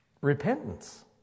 repentance